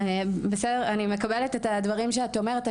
אני מקבלת את הדברים שאת אומרת.